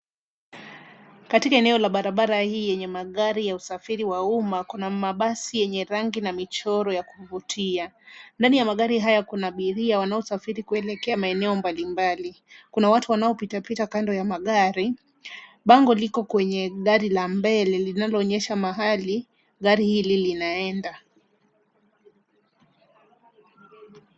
Katika eneo hii lenye magari ya usafiri wa umma kuna mabasi yenye rangi na michoro ya kuvutia. Ndani ya magari haya kuna abiria wanaosafiri kuelekea maeneo mbalimbali. Kuna watu wanaopita pita kando ya magari. Bango liko kwenye gari la mbele linaloonyesha mahali gari hili linaenda.